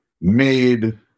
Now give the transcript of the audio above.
made